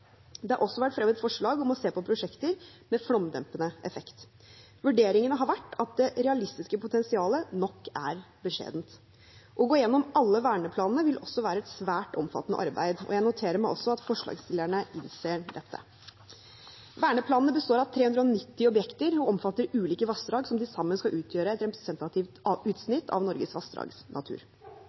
Det har også vært fremmet forslag om å se på prosjekter med flomdempende effekt. Vurderingene har vært at det realistiske potensialet nok er beskjedent. Å gå igjennom alle verneplanene vil også være et svært omfattende arbeid. Jeg noterer meg at forslagsstillerne innser dette. Verneplanene består av 390 objekter og omfatter ulike vassdrag som til sammen skal utgjøre et representativt utsnitt av Norges vassdragsnatur.